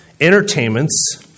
entertainments